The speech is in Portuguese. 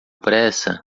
pressa